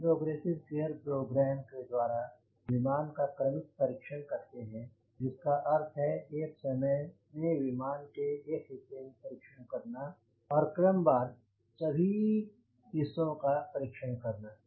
इस progressive care programme के द्वारा विमान का क्रमिक परीक्षण करते हैं जिसका अर्थ है एक समय में विमान के एक हिस्से का परीक्षण करना और क्रम वार सभी हिस्सों का परीक्षण करना